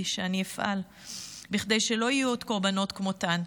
שאני אפעל כדי שלא יהיו עוד קורבנות כמותן.